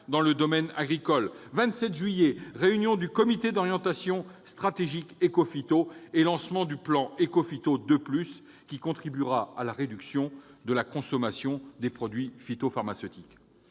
dans le domaine agricole. Le 27 juillet, lors de la réunion du comité d'orientation stratégique Écophyto, a été lancé le plan Écophyto II+, qui contribuera à la réduction de la consommation des produits phytopharmaceutiques.